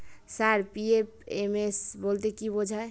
Sir PFMS বলতে কি বোঝায়?